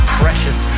precious